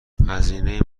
هزینه